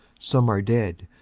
some are dead.